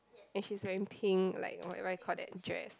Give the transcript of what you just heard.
and she's wearing pink like what what you call that dress